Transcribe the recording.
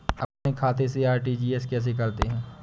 अपने खाते से आर.टी.जी.एस कैसे करते हैं?